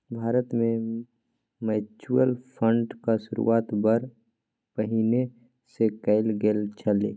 भारतमे म्यूचुअल फंडक शुरूआत बड़ पहिने सँ कैल गेल छल